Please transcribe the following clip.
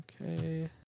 Okay